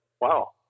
wow